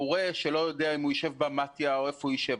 מורה שלא יודע איפה הוא ישב,